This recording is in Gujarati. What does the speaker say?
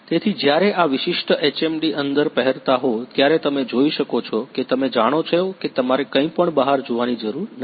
તેથી જ્યારે આ વિશિષ્ટ HMD અંદર પહેરતા હો ત્યારે તમે જોઈ શકો છો કે તમે જાણો છો કે તમારે કંઈપણ બહાર જોવાની જરૂર નથી